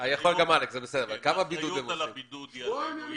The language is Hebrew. האחריות על הבידוד היא עלינו.